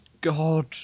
God